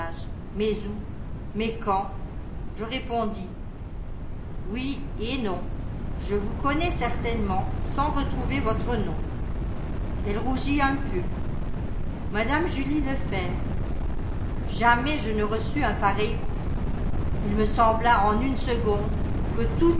mais où mais quand je répondis oui et non je vous connais certainement sans retrouver votre nom elle rougit un peu madame julie lefèvre jamais je ne reçus un pareil coup ii me sembla en une seconde que